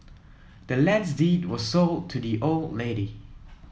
the land's deed was sold to the old lady